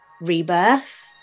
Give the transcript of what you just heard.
rebirth